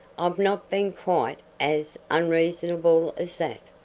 i've not been quite as unreasonable as that.